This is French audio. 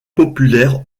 populaire